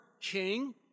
king